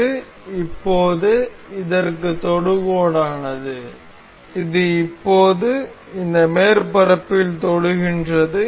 இது இப்போது இதற்கு தொடுகோடானது இது இப்போது இந்த மேற்பரப்பில் தொடுகின்றது